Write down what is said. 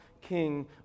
king